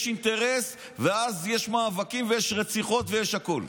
יש אינטרס, ואז יש מאבקים ויש רציחות ויש הכול.